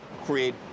create